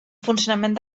funcionament